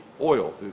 oil